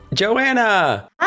Joanna